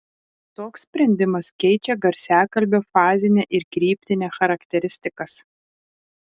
toks sprendimas keičia garsiakalbio fazinę ir kryptinę charakteristikas